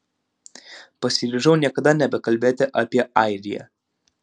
pasiryžau niekada nebekalbėti apie airiją